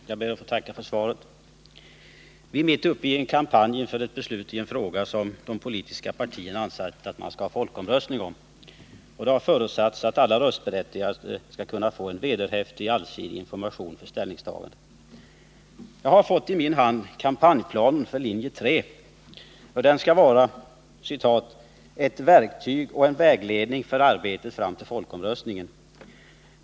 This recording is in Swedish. Herr talman! Jag ber att få tacka för svaret. Vi är mitt uppe i en kampanj inför ett beslut i en fråga som de politiska partierna ansett att man skall ha folkomröstning om. Det har förutsatts att alla röstberättigade skall kunna få en vederhäftig, allsidig information för ställningstagandet. Jag har fått i min hand kampanjplanen för linje 3. Den skall vara ”ett verktyg och en vägledning för arbetet fram till folkomröstningen”.